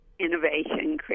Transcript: Innovation